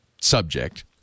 subject